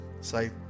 say